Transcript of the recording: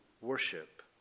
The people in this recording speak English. worship